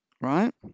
right